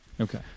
Okay